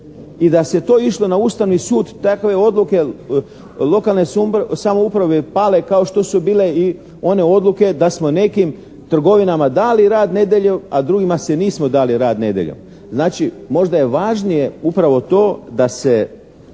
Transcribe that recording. i da se to išlo na Ustavni sud, takve odluke lokalne samouprave pale kao što su bile i one odluke da smo nekim trgovinama dali rad nedjeljom, a drugima se nismo dali rad nedjeljom. Znači, možda je važnije upravo to da se